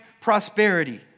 prosperity